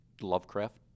Lovecraft